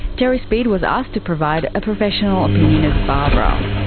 terry speed was asked to provide a professional opinion of barbara.